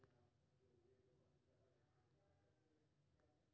प्रधानमंत्री किसान सम्मान निधि केंद्र सरकारक योजना छियै